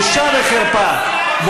ואתה עוד עומד בישיבה חגיגית, בושה וחרפה.